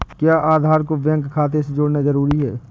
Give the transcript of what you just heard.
क्या आधार को बैंक खाते से जोड़ना जरूरी है?